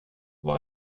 vad